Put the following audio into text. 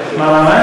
מה?